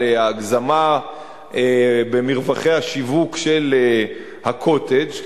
להגזמה במרווחי השיווק של ה"קוטג'",